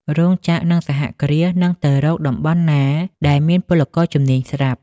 រោងចក្រ និងសហគ្រាសនឹងទៅរកតំបន់ណាដែលមានពលករជំនាញស្រាប់។